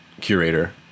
curator